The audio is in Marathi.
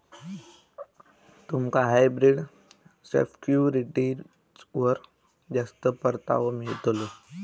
तुमका हायब्रिड सिक्युरिटीजवर जास्त परतावो मिळतलो